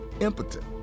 impotent